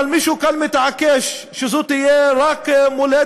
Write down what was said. אבל מישהו כאן מתעקש שזו תהיה מולדת